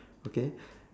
okay